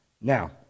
Now